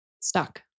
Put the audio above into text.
stuck